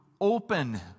open